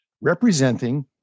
representing